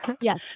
Yes